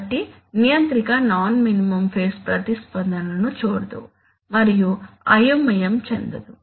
కాబట్టి నియంత్రిక non minimum phase ప్రతిస్పందనను చూడదు మరియు అయోమయం చెందదు